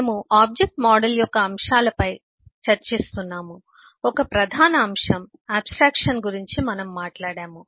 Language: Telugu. మనము ఆబ్జెక్ట్ మోడల్ యొక్క అంశాలపై చర్చిస్తున్నాము ఒక ప్రధాన అంశం ఆబ్స్ట్రాక్షన్ గురించి మనము మాట్లాడాము